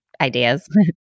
ideas